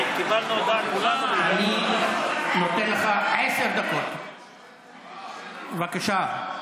אני נותן לך עשר דקות, בבקשה.